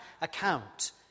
account